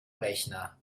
rechner